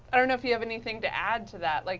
i don't know if you have anything to add to that? like